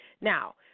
Now